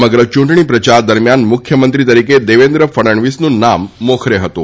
સમગ્ર યૂંટણી પ્રચાર દરમિયાન મુખ્યમંત્રી તરીકે દેવેન્ ફડણવીસનું નામ મોખરે રહ્યું હતું